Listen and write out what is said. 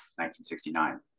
1969